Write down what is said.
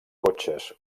cotxes